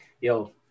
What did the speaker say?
Yo